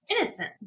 innocent